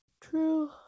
True